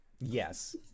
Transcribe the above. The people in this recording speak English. Yes